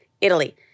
Italy